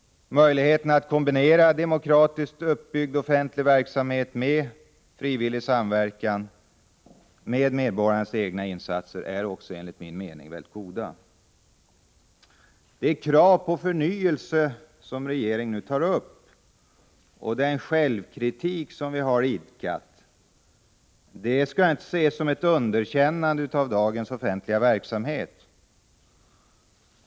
Möjligheterna att kombinera demokratiskt uppbyggd offentlig verksamhet med frivillig samverkan genom medborgarnas egna insatser är också, enligt min mening, mycket goda. De krav på förnyelse som regeringen nu tar upp och den självkritik som vi har idkat skall inte ses som ett underkännande av dagens offentliga verksamhet.